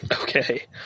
Okay